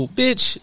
bitch